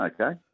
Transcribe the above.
Okay